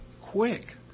quick